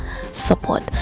support